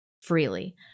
freely